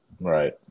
right